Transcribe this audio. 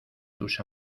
tus